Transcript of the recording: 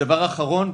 דבר אחרון,